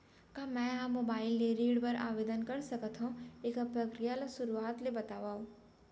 का मैं ह मोबाइल ले ऋण बर आवेदन कर सकथो, एखर प्रक्रिया ला शुरुआत ले बतावव?